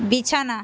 বিছানা